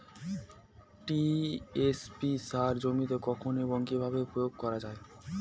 TSP সার জমিতে কখন এবং কিভাবে প্রয়োগ করা য়ায়?